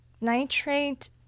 nitrate